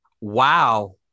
Wow